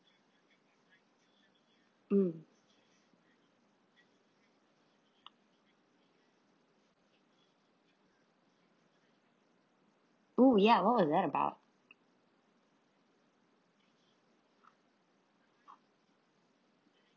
mm oh ya what was that about